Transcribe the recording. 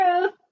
truth